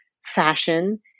fashion